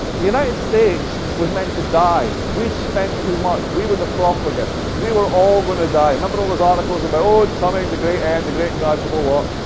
the united states was meant to die spent too much. we were the profligate. we were all going to die. remember all those articles about, oh, it's coming, the great end, the great crash, the whole lot?